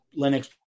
Linux